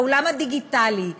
בעולם הדיגיטלי,